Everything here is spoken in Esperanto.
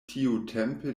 tiutempe